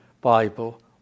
Bible